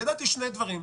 ידעתי שני דברים,